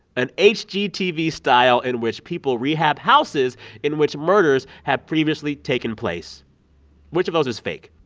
an hgtv-style in which people rehab houses in which murders have previously taken place which of those is fake?